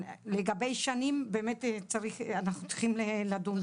לגבי שנים, באמת אנחנו צריכים לדון בזה.